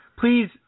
Please